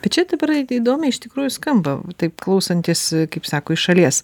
bet čia dabar įdomiai iš tikrųjų skamba taip klausantis kaip sako iš šalies